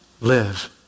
live